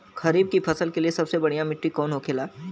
खरीफ की फसल के लिए सबसे बढ़ियां मिट्टी कवन होखेला?